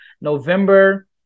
November